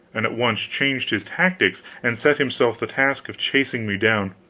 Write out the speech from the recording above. and at once changed his tactics and set himself the task of chasing me down.